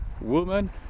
woman